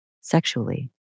sexually